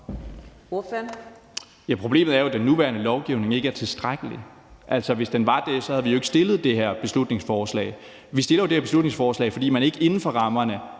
Problemet er jo, at den nuværende lovgivning ikke er tilstrækkelig. Hvis den var det, havde vi jo ikke fremsat det her beslutningsforslag. Vi fremsætter det her beslutningsforslag, fordi man ikke inden for rammerne